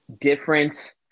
Different